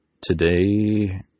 today